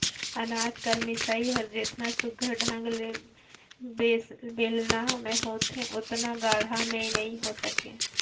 अनाज कर मिसई हर जेतना सुग्घर ढंग ले बेलना मे होथे ओतना गाड़ा मे नी होए सके